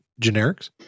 generics